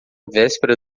véspera